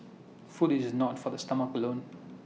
food is not for the stomach alone